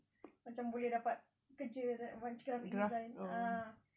macam boleh dapat kerja like macam graphic design ah